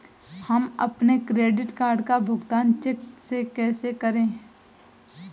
हम अपने credit card का भुगतान चेक से कैसे करें?